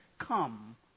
come